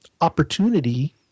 opportunity